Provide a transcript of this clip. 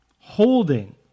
holding